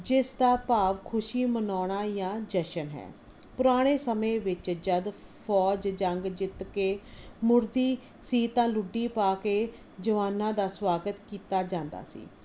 ਜਿਸ ਦਾ ਭਾਵ ਖੁਸ਼ੀ ਮਨਾਉਣਾ ਜਾਂ ਜਸ਼ਨ ਹੈ ਪੁਰਾਣੇ ਸਮੇਂ ਵਿੱਚ ਜਦੋਂ ਫੌਜ ਜੰਗ ਜਿੱਤ ਕੇ ਮੁੜਦੀ ਸੀ ਤਾਂ ਲੁੱਡੀ ਪਾ ਕੇ ਜਵਾਨਾਂ ਦਾ ਸਵਾਗਤ ਕੀਤਾ ਜਾਂਦਾ ਸੀ